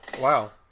Wow